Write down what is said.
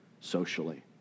Socially